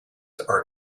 are